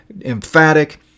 emphatic